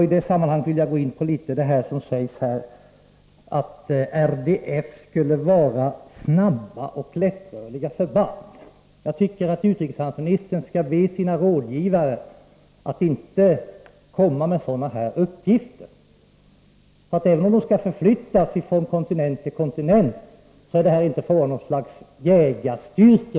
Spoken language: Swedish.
I det sammanhanget vill jag gå in på vad statsrådet säger i sitt svar om RDF, att det skulle röra sig om snabba och lättrörliga förband. Jag tycker att utrikeshandelsministern skall be sina rådgivare att inte komma med sådana här uppgifter. Även om vapnet skall förflyttas från kontinent till kontinent är det ju inte fråga om något slags jägarstyrka.